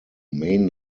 main